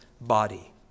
body